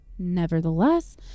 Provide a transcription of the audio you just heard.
Nevertheless